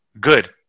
good